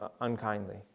unkindly